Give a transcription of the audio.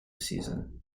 season